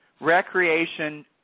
Recreation